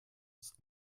ist